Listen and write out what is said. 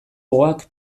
gogoak